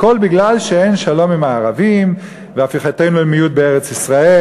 הכול מפני שאין שלום עם הערבים והפיכתנו למיעוט בארץ-ישראל.